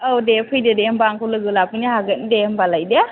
औ दे फैदो दे होनबा आंखौ लोगो लाफैनो हागोन दे होनबालाय दे